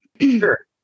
Sure